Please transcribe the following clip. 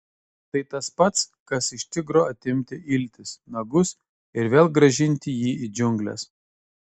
tai tas pats kas iš tigro atimti iltis nagus ir vėl grąžinti jį į džiungles